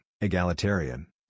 egalitarian